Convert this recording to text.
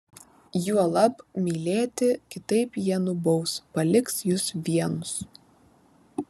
juolab mylėti kitaip jie nubaus paliks jus vienus